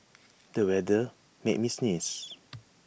the weather made me sneeze